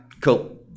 cool